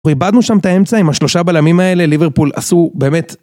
ריבדנו שם את האמצע עם השלושה בלמים האלה, ליברפול עשו באמת...